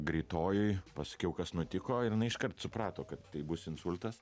greitojoj paskiau kas nutiko ir jinai iškart suprato kad tai bus insultas